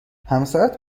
همسرت